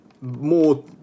More